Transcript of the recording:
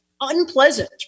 unpleasant